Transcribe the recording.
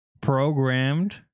programmed